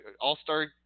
all-star